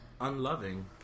Unloving